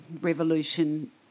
revolution